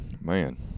man